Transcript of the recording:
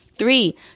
Three